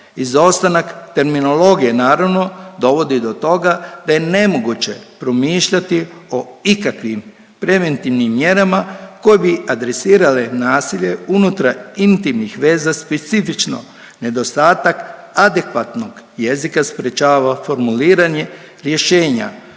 Izostanak terminologije, naravno, dovodi do toga da je nemoguće promišljati o ikakvim preventivnim mjerama koje bi adresirale nasilje unutra intimnih veza specifično nedostatak adekvatnog jezika sprječava formuliranje rješenja.